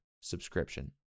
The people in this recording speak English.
subscription